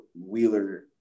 wheeler